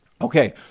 Okay